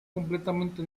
completamente